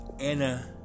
Anna